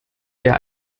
der